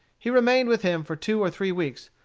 he remained with him for two or three weeks,